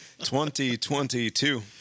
2022